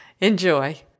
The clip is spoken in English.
Enjoy